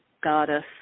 goddess